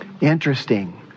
Interesting